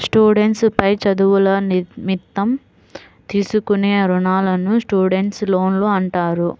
students పై చదువుల నిమిత్తం తీసుకునే రుణాలను స్టూడెంట్స్ లోన్లు అంటారు